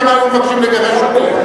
כמה היו מבקשים לגרש אותי?